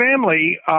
family